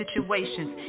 situations